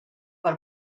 per